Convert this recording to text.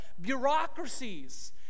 bureaucracies